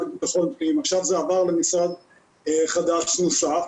לביטחון פנים ועכשיו הוא עבר למשרד חדש נוסף.